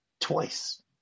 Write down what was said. twice